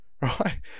Right